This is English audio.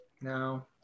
No